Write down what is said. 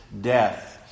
death